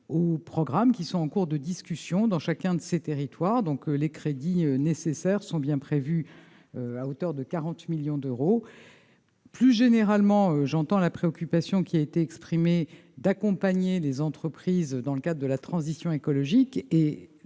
au programme qui sont en cours de discussion dans chacun de ces territoires, donc les crédits nécessaires sont bien prévus à hauteur de 40 millions d'euros, plus généralement, j'entends la préoccupation qui a été exprimé d'accompagner les entreprises dans le cadre de la transition écologique